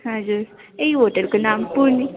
हजुर ए यो होटेलको नाम पूर्णि